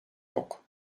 yok